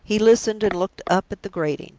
he listened, and looked up at the grating.